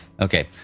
Okay